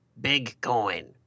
Bitcoin